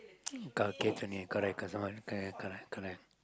kaki only ya someone correct correct